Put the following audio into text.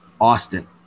Austin